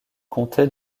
comté